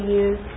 use